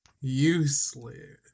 Useless